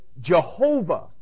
Jehovah